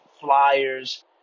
flyers